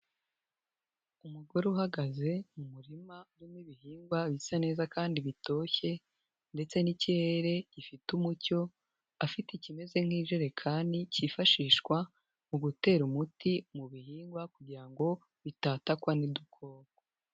Umugore uhagaze mu murima urimo ibihingwa bisa neza kandi bitoshye ndetse n'ikirere gifite umucyo, afite ikimeze nk'ijerekani kifashishwa mu gutera umuti ibihingwa kugira ngo bitatakwa n'udukoko.